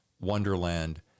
Wonderland